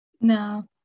no